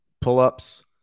Pull-ups